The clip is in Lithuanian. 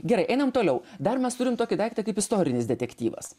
gerai einam toliau dar mes turim tokį daiktą kaip istorinis detektyvas